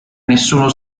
nessuno